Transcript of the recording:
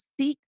seek